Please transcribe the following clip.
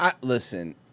listen